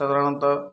ସାଧାରଣତଃ